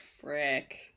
frick